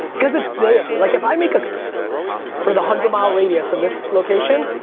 cause it's there. like if i make a for the hundred mile radius of this location,